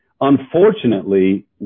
Unfortunately